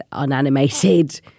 unanimated